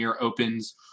opens